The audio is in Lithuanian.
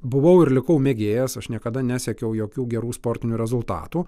buvau ir likau mėgėjas aš niekada nesiekiau jokių gerų sportinių rezultatų